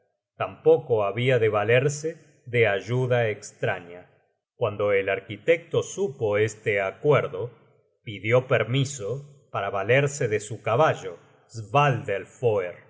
tampoco habia de valer sa de ayuda estraña cuando el arquitecto supo este acuerdo pidió permiso para valerse de su caballo